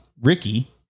Ricky